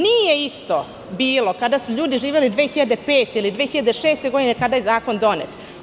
Nije isto bilo kada su ljudi živeli 2005. ili 2006. godine kada je zakon donet.